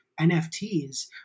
NFTs